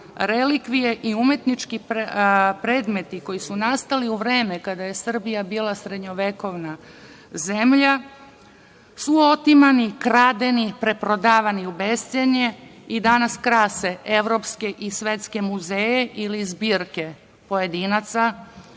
relikvije i umetnički predmeti koji su nastali u vreme, kada je Srbija bila srednjovekovna zemlja, su otimani, kradeni, preprodavani u bescenje i danas krase evropske i svetske muzeje, ili zbirke pojedinaca,